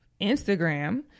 Instagram